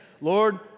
Lord